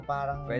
Parang